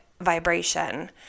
vibration